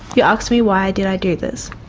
you asked me why did i do this.